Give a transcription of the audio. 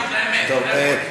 אנחנו רק מחזירים אותך למציאות.